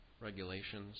regulations